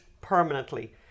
permanently